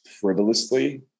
frivolously